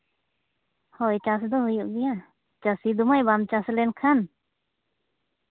ᱦᱳᱭ ᱪᱟᱥ ᱫᱚ ᱦᱩᱭᱩᱜ ᱜᱮᱭᱟ ᱪᱟᱹᱥᱤ ᱫᱚ ᱢᱟᱹᱭ ᱵᱟᱢ ᱪᱟᱥ ᱞᱮᱱᱠᱷᱟᱱ